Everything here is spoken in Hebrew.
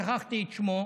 שכחתי את שמו,